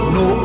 no